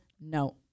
No